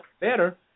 better